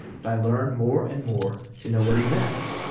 but i learned more and more to know what he meant,